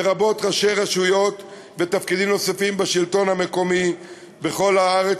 לרבות ראשי רשויות ובעלי תפקידים נוספים בשלטון המקומי בכל הארץ,